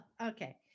okay